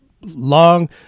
long